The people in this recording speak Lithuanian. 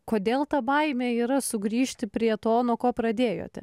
kodėl ta baimė yra sugrįžti prie to nuo ko pradėjote